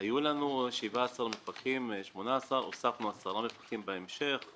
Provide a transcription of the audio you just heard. היו לנו 17 מפקחים 18 הוספנו עשרה מפקחים בהמשך.